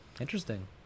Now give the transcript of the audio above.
Interesting